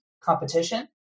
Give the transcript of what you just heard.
competition